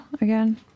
again